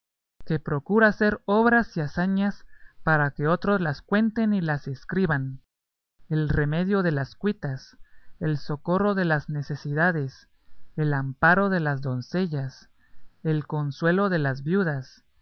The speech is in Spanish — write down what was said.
que procura hacer obras y hazañas para que otros las cuenten y las escriban el remedio de las cuitas el socorro de las necesidades el amparo de las doncellas el consuelo de las viudas